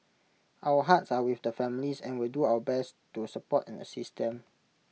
our hearts are with the families and will do our best to support and assist them